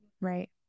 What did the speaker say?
Right